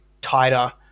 tighter